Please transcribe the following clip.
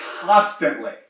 constantly